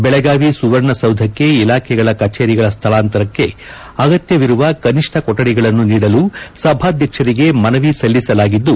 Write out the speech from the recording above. ಬೆಳಗಾವಿ ಸುವರ್ಣಸೌಧಕ್ಕೆ ಇಲಾಖೆಗಳ ಕಚೇರಿಗಳ ಸ್ಥಳಾಂತರಕ್ಕೆ ಅಗತ್ಯವಿರುವ ಕನಿಷ್ಠ ಕೊಠಡಿಗಳನ್ನು ನೀಡಲು ಸಭಾಧ್ಯಕ್ಷರಿಗೆ ಮನವಿ ಸಲ್ಲಿಸಲಾಗಿದ್ದು